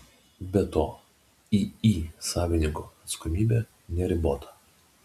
be to iį savininko atsakomybė neribota